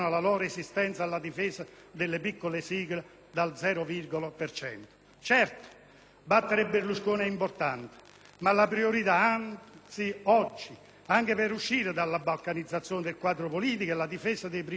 battere Berlusconi è importante, ma la priorità oggi, anche per uscire dalla balcanizzazione del quadro politico, è la difesa di principi fondamentali della democrazia che vengono minacciati ogni giorno.